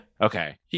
Okay